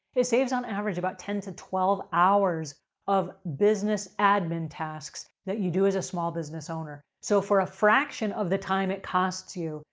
it saves on average about ten to twelve hours of business admin tasks that you do as a small business owner. so, for a fraction of the time it costs you,